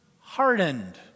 hardened